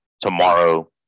tomorrow